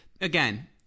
again